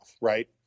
Right